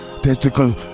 testicle